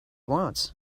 wants